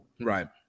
Right